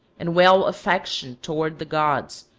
and well affectioned toward the gods,